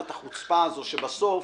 החוצפה הזאת, שבסוף